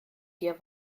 dir